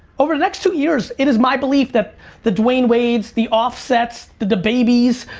over the next two years, it is my belief that the dwyane wades, the offsets, the dababys,